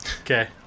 Okay